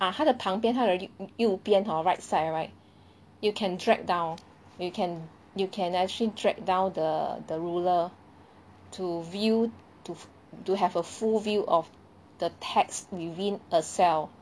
uh 他的旁边他的右边 hor right side right you can drag down you can you can actually drag down the the ruler to view to to have a full view of the text within a cell